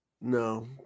No